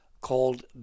called